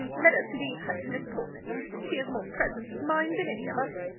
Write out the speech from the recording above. let us leave her to miss portman she has more presence of mind than any of us.